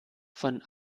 von